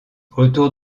autour